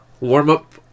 warm-up